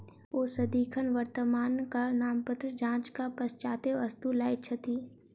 ओ सदिखन वर्णात्मक नामपत्र जांचक पश्चातै वस्तु लैत छथि